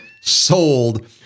sold